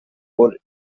for